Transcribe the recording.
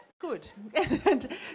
good